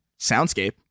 soundscape